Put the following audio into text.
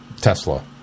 Tesla